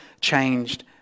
changed